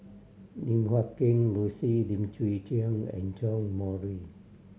Lim Guat Kheng Rosie Lim Chwee Chian and John Morrice